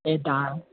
ए दा